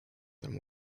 than